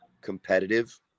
competitive